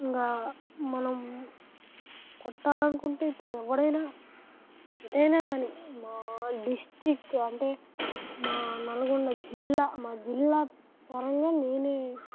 ఇంకా మనం కొట్టాలని అనుకుంటే ఇప్పుడు ఎవడైనా ఎటైనా కానీ మా డిస్టిక్ అంటే మా నల్గొండ జిల్లా మా జిల్లా పరంగా నేను